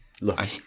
Look –